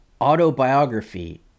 autobiography